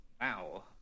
Wow